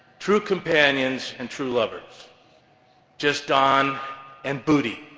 true companions and true lovers just don and bootie.